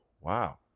wow